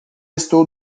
estou